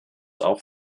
auch